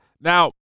Now